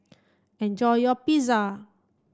enjoy your Pizza